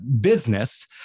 business